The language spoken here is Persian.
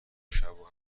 شبو